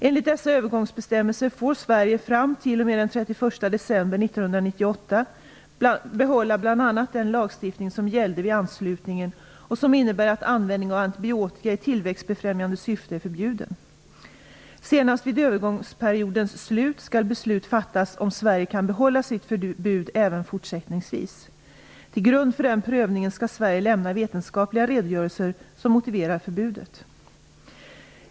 Enligt dessa övergångsbestämmelser får Sverige fram t.o.m. den 31 december 1998 behålla bl.a. den lagstiftning som gällde vid anslutningen och som innebär att användning av antibiotika i tillväxtbefrämjande syfte är förbjuden. Senast vid övergångsperiodens slut skall beslut fattas om Sverige kan behålla sitt förbud även fortsättningsvis. Till grund för den prövningen skall Sverige lämna vetenskapliga redogörelser som motiverar förbudet.